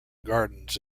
gardens